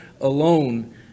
alone